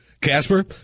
Casper